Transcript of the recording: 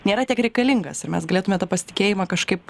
nėra tiek reikalingas ir mes galėtume tą pasitikėjimą kažkaip